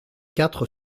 quatre